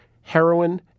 heroin